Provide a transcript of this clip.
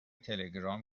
تلگرام